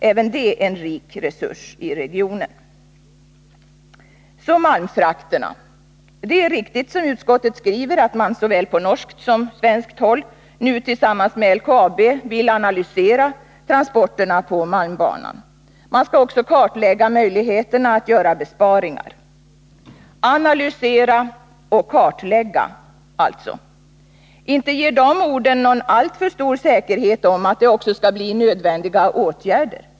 Även denna är en rik resurs i regionen. Så malmfrakterna. Det är riktigt, som utskottet skriver, att man såväl på norskt som på svenskt håll nu tillsammans med LKAB vill analysera transporterna på malmbanan. Man skall också kartlägga möjligheterna att göra besparingar. Analysera och kartlägga, alltså! Inte ger de orden någon alltför stor säkerhet för att det också blir nödvändiga åtgärder.